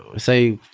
say,